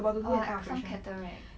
oh some cataract